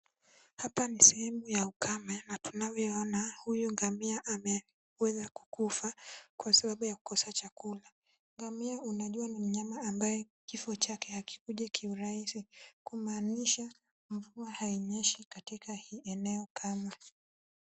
Hapa ni sehemu ya ukame na tunavyoona huyu ngamia ameweza kukufa kwa sababu ya kukosa chakula .Ngamia unajua ni mnyama ambaye kifo chake hakikuji kiurahisi kumaanisha mvua hainyeshi katika hii eneo kamwe.